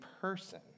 person